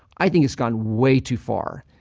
i think it's gone way too far.